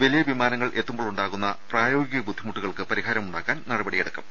വലിയ വിമാനങ്ങൾ എത്തുമ്പോൾ ഉണ്ടാ കൂന്ന പ്രായോഗിക ബുദ്ധിമുട്ടുകൾക്ക് പരിഹാരമുണ്ടാക്കാൻ നടപടിയെടു ക്കും